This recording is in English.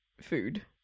food